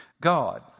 God